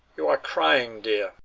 you are crying, dear.